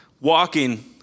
walking